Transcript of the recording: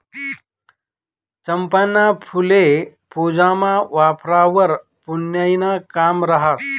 चंपाना फुल्ये पूजामा वापरावंवर पुन्याईनं काम रहास